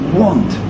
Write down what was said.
want